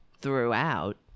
throughout